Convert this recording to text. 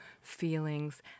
feelings